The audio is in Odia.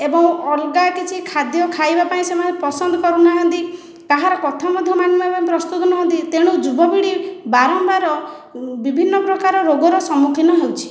ଏବଂ ଅଲଗା କିଛି ଖାଦ୍ୟ ଖାଇବା ପାଇଁ ସେମାନେ ପସନ୍ଦ କରୁନାହାନ୍ତି କାହାର କଥା ମଧ୍ୟ ମାନିବା ପାଇଁ ପ୍ରସ୍ତୁତ ନୁହଁନ୍ତି ତେଣୁ ଯୁବପିଢ଼ି ବାରମ୍ବାର ବିଭିନ୍ନ ପ୍ରକାର ରୋଗର ସମ୍ମୁଖୀନ ହେଉଛି